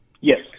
Yes